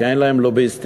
כי אין להם לוביסטים.